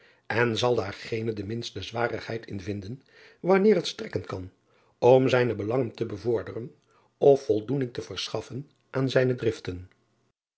en zal daar geene de minste zwarigheid in vinden wanneer het strekken kan om zijne belangen te bevorderen of voldoening te verschaffen aan zijne driften